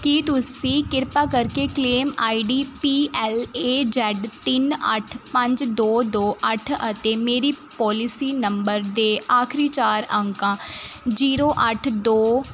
ਕੀ ਤੁਸੀਂ ਕਿਰਪਾ ਕਰਕੇ claim ID P L A Z ਤਿੰਨ ਅੱਠ ਪੰਜ ਦੋ ਦੋ ਅੱਠ ਅਤੇ ਮੇਰੀ ਪੋਲਿਸੀ ਨੰਬਰ ਦੇ ਆਖਰੀ ਚਾਰ ਅੰਕਾਂ ਜ਼ੀਰੋ ਅੱਠ ਦੋ